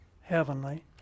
heavenly